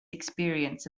experience